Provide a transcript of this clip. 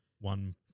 one